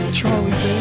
Charlie's